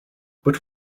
but